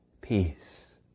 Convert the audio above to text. peace